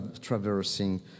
traversing